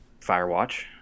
Firewatch